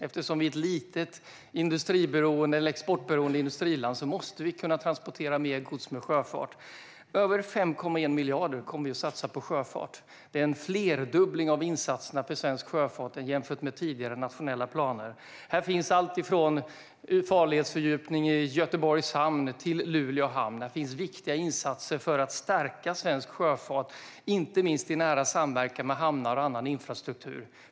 Eftersom Sverige är ett litet exportberoende industriland måste vi kunna transportera mer gods med sjöfart. Mer än 5,1 miljarder kommer vi att satsa på sjöfart. Det är en flerdubbling av insatserna för svensk sjöfart jämfört med tidigare nationella planer. Här finns alltifrån farledsfördjupning i Göteborgs hamn till ökad kapacitet i Luleå hamn. Här finns viktiga insatser för att stärka svensk sjöfart, inte minst i nära samverkan med hamnar och annan infrastruktur.